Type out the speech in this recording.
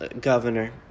governor